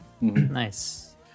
Nice